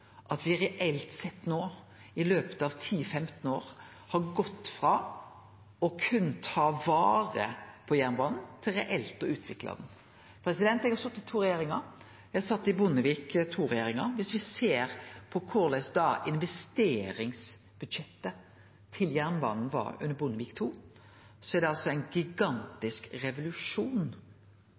at me reelt sett no i løpet av ti–femten år har gått frå berre å ta vare på jernbanen til reelt å utvikle han. Eg har sete i to regjeringar. Eg sat i Bondevik II-regjeringa. Dersom vi ser på korleis investeringsbudsjettet til jernbanen var under Bondevik II, så har det altså vore ein gigantisk revolusjon